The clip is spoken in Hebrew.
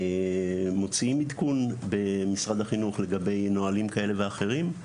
מוציאים עדכון במשרד החינוך לגבי נהלים כאלה ואחרים.